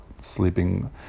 sleeping